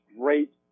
great